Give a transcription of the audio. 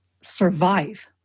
survive